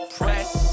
press